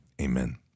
Amen